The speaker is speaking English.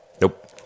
Nope